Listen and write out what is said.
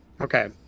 Okay